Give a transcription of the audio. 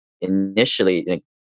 Initially